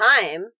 time